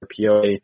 poa